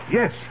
yes